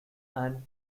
and